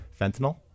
fentanyl